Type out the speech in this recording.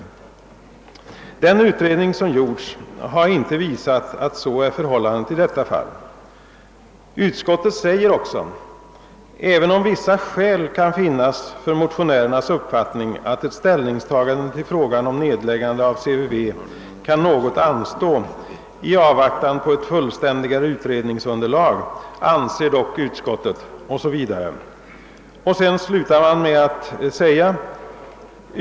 Men den utredning som gjorts har visat att inget av dessa skäl föreligger i detta fall. Utskottet skriver också följande: >även om vissa skäl kan finnas för motionärernas uppfattning att ett ställningstagande till frågan om nedläggande av CVV kan något anstå i avvaktan på ett fullständigare utredningsunderlag anser dock utskottet ———.